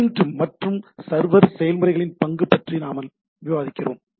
client மற்றும் server செயல்முறைகளின் பங்கு பற்றி நாங்கள் விவாதிக்கிறோம்